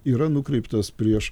yra nukreiptas prieš